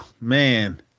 Man